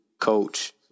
coach